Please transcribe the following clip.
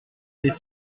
des